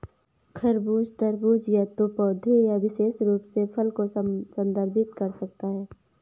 खरबूज, तरबूज या तो पौधे या विशेष रूप से फल को संदर्भित कर सकता है